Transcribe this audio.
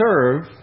serve